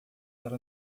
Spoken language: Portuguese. ela